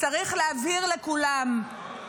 צריך להבהיר לכולם,